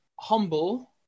humble